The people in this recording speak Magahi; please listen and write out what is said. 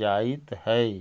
जाइत हइ